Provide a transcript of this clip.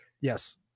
Yes